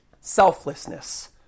selflessness